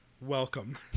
welcome